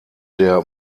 der